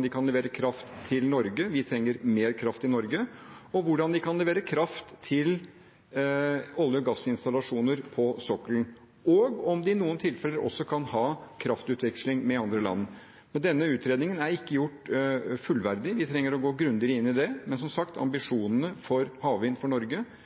de kan levere kraft til Norge – vi trenger mer kraft i Norge – hvordan de kan levere kraft til olje- og gassinstallasjoner på sokkelen, og om de i noen tilfeller også kan ha kraftutveksling med andre land. Denne utredningen er ikke gjort fullverdig – vi trenger å gå grundigere inn i det. Men som sagt, ambisjonene for havvind for Norge